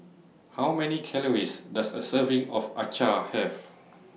How Many Calories Does A Serving of Acar Have